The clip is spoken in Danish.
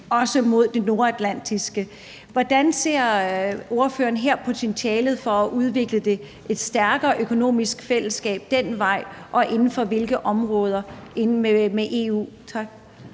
også mod det nordatlantiske? Hvordan ser ordføreren potentialet her for at udvikle et stærkere økonomisk fællesskab den vej, og inden for hvilke områder i